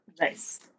Nice